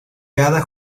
cada